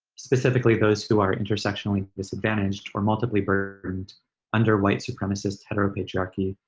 specifically those who are intersectionally disadvantaged or multiple burned under white supremacist, hetero patriarchy,